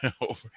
over